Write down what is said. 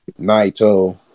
Naito